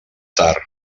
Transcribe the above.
tard